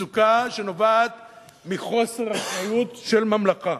מצוקה שנובעת מחוסר אחריות של ממלכה.